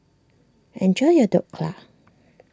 enjoy your Dhokla